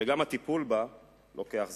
וגם הטיפול בה לוקח זמן.